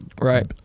right